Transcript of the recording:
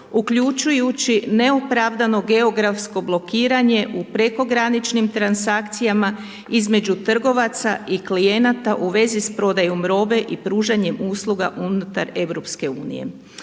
uključujući neopravdano geografsko blokiranje u prekograničnim transakcijama između trgovaca i klijenata u vezi s prodajom robe i pružanjem usluga unutar EU.